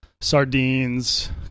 sardines